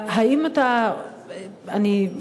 האם אתה אני,